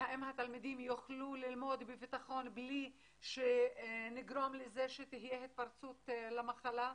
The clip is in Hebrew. והאם התלמידים יוכלו ללמוד בביטחון בלי שנגרום לזה שתהיה התפרצות למחלה,